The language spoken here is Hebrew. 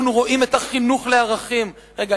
אנחנו רואים את החינוך לערכים" רגע,